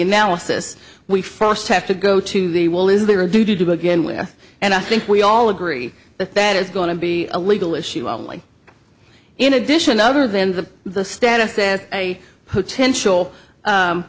analysis we first have to go to the well is there a duty to begin with and i think we all agree that that is going to be a legal issue only in addition other than the the status as a potential